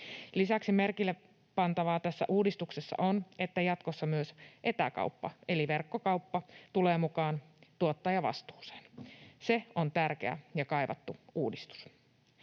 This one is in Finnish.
Lisäksi merkille pantavaa tässä uudistuksessa on, että jatkossa myös etäkauppa eli verkkokauppa tulee mukaan tuottajavastuuseen. Se on tärkeä ja kaivattu uudistus.